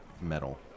metal